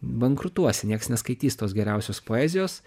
bankrutuosi nieks neskaitys tos geriausios poezijos